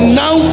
now